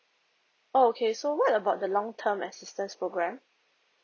oh okay so what about the long term assistance program